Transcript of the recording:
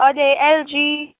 अनि एलजी